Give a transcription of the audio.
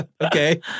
Okay